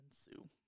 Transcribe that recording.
Sue